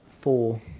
four